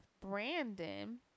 Brandon